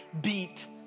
beat